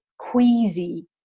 queasy